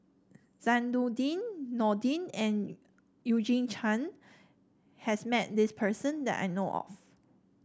Zainudin Nordin and Eugene Chen has met this person that I know of